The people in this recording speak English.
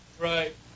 Right